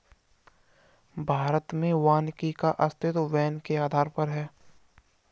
भारत में वानिकी का अस्तित्व वैन के आधार पर है